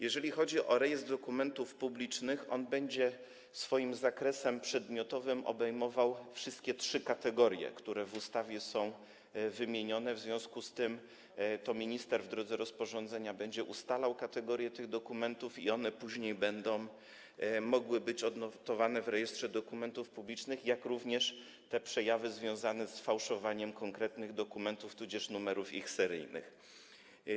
Jeżeli chodzi o Rejestr Dokumentów Publicznych, to będzie on swoim zakresem przedmiotowym obejmował wszystkie trzy kategorie, które są wymienione w ustawie, w związku z tym to minister, w drodze rozporządzenia, będzie ustalał kategorie tych dokumentów i później będą mogły być one odnotowane w Rejestrze Dokumentów Publicznych, jak również te przejawy związane z fałszowaniem konkretnych dokumentów, tudzież ich numerów seryjnych.